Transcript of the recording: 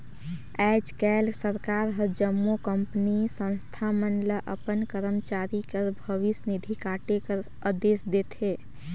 आएज काएल सरकार हर जम्मो कंपनी, संस्था मन ल अपन करमचारी कर भविस निधि काटे कर अदेस देथे